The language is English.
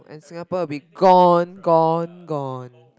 Singapore will be gone gone gone